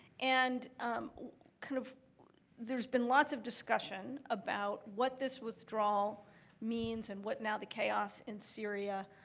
and kind of there's been lots of discussion about what this withdrawal means and what now the chaos in syria,